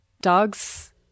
Dogs